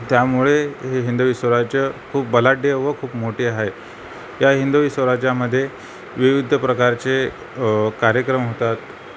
त्यामुळे हे हिंदवी स्वराज्य खूप बलाढ्य व खूप मोठे आहे या हिंदवी स्वराज्यामध्येे विविध प्रकारचे कार्यक्रम होतात